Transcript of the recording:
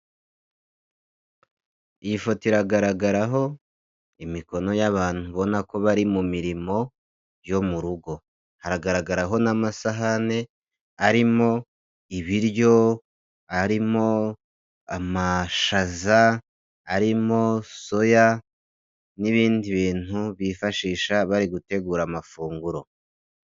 Iyi foto iragaragaraho imikono y'abantu ubona ko bari mu mirimo yo mu rugo, hagaragaraho n'amasahane arimo ibiryo harimo amashaza arimo soya n'ibindi bintu bifashisha bari gutegura amafunguro.